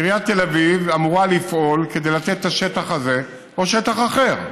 עיריית תל אביב אמורה לפעול כדי לתת את השטח הזה או שטח אחר.